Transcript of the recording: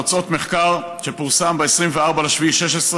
תוצאות מחקר שפורסם ב-24 ביולי 2016,